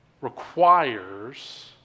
requires